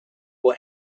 will